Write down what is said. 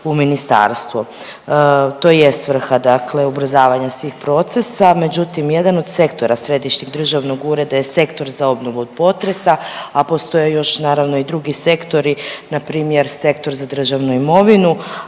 u ministarstvo. To i je svrha, dakle ubrzavanja svih procesa. Međutim, jedan od sektora Središnjeg državnog ureda je Sektor za obnovu od potresa, a postoje još naravno i drugi sektori, na primjer Sektor za državnu imovinu